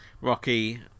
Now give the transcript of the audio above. rocky